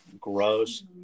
gross